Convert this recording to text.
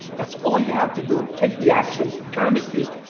that's all you have to do. take the action, turn the key,